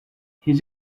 his